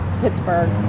Pittsburgh